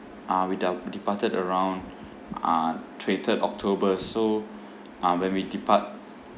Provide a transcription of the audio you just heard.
uh we dap~ departed around uh twenty third october so uh when we depart